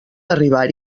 arribar